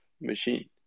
machine